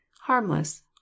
harmless